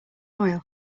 oil